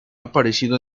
aparecido